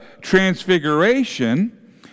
transfiguration